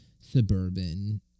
suburban